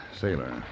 sailor